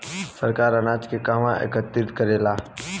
सरकार अनाज के कहवा एकत्रित करेला?